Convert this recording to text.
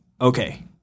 okay